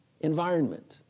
environment